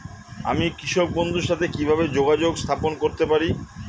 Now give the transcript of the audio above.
আমি কৃষক বন্ধুর সাথে কিভাবে যোগাযোগ স্থাপন করতে পারি?